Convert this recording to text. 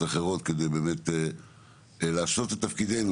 אחרות כדי באמת לעשות את תפקידנו,